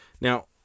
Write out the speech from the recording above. Now